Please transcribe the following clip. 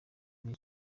lil